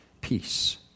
peace